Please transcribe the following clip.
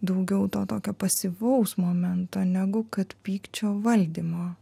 daugiau to tokio pasyvaus momento negu kad pykčio valdymo